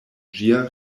ĝia